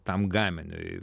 tam gaminiui